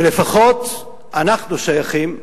ולפחות אנחנו שייכים,